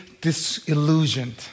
disillusioned